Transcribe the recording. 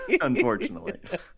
unfortunately